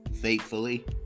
faithfully